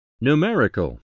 Numerical